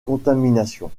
contamination